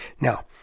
Now